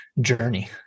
journey